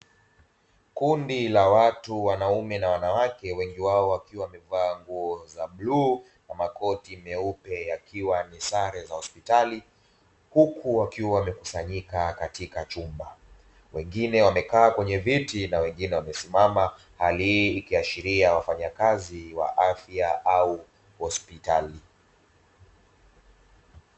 kundi la watu wanaume na wanawake wengi wao wakiwa wamevaa nguo za bluu na makoti meupe, ikiwa ni sare za hospitali huku wakiwa wamekusanyika katika chumba, wengine wamekaa kwenye viti na wengine wamesimama hali hii huashiria wafanya kazi wa afya au hospitali.